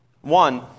One